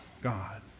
God